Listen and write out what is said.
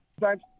Thanks